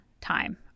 time